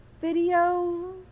video